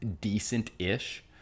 decent-ish